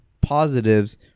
positives